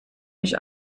mich